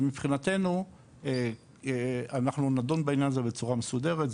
אז מבחינתנו אנחנו נדון בעניין הזה בצורה מסודרת,